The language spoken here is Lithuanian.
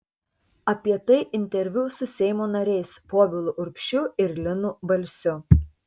apie tai interviu su seimo nariais povilu urbšiu ir linu balsiu